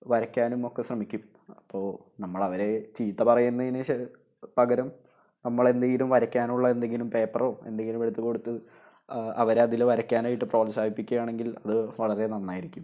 വരയ്ക്കാനുമൊക്ക ശ്രമിക്കും അപ്പോൾ നമ്മൾ അവരെ ചീത്ത പറയുന്നതിന് പകരം നമ്മൾ എന്തെങ്കിലും വരയ്ക്കാനുള്ള എന്തെങ്കിലും പേപ്പറോ എന്തെങ്കിലും എടുത്ത് കൊടുത്ത് അവരെ അതിൽ വരയ്ക്കാനായിട്ട് പ്രേത്സാഹിപ്പിക്കുക ആണെങ്കിൽ അത് വളരെ നന്നായിരിക്കും